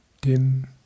dim